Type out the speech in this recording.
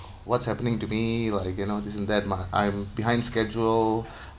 what's happening to me like you know this and that my I'm behind schedule